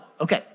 Okay